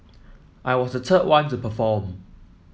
I was the third one to perform